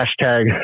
hashtag